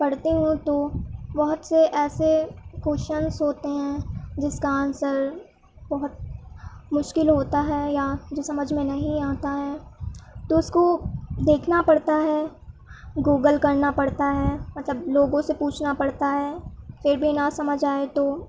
پڑھتی ہوں تو بہت سے ایسے کویشچنس ہوتے ہیں جس کا آنسر بہت مشکل ہوتا ہے یا جو سمجھ میں نہیں آتا ہے تو اس کو دیکھنا پڑتا ہے گوگل کرنا پڑتا ہے مطلب لوگوں سے پوچھنا پڑتا ہے پھر بھی نہ سمجھ آئے تو